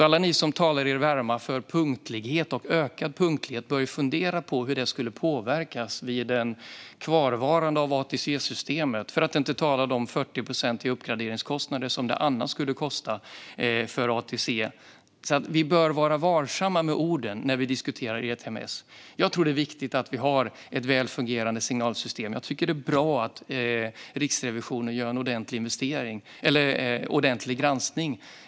Alla ni som talar er varma för punktlighet och ökad punktlighet bör fundera på hur det skulle påverkas om ATC-systemet blev kvar - för att inte tala om de 40 procent i uppgraderingskostnader som det annars skulle kosta för ATC. Vi bör alltså vara varsamma med orden när vi diskuterar ERTMS. Det är viktigt att vi har ett väl fungerande signalsystem. Jag tycker att det är bra att Riksrevisionen gör en ordentlig granskning.